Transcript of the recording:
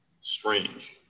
strange